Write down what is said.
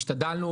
השתדלנו,